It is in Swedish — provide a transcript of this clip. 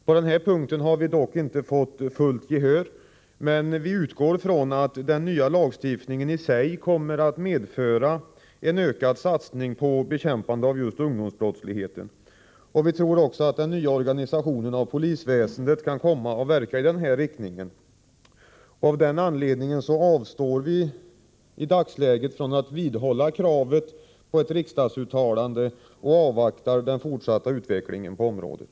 På denna punkt har vi dock inte fått fullt gehör, men vi utgår från att den nya lagstiftningen i sig kommer att medföra en ökad satsning på bekämpande av just ungdomsbrottsligheten. Vi tror också att den nya organisationen av polisväsendet kan komma att verka i denna riktning. Av den anledningen avstår vi i dagsläget från att vidhålla kravet på ett riksdagsuttalande och avvaktar den fortsatta utvecklingen på området.